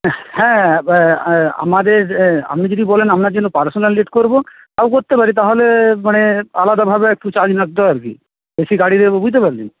হ্যাঁ আমাদের আপনি যদি বলেন আপনার জন্য পার্সোনাল রেট করব তাও করতে পারি তাহলে মানে আলাদাভাবে একটু চার্জ লাগত আর কি এসি গাড়ি দেব বুঝতে পারলেন